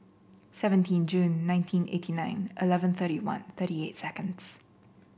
seventeen June nineteen eighty nine eleven thirty one thirty eight seconds